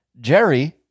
Jerry